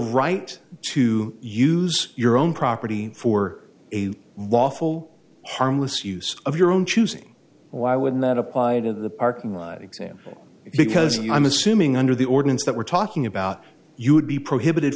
right to use your own property for a lawful harmless use of your own choosing or i would not apply to the parking lot example because i'm assuming under the ordinance that we're talking about you would be prohibited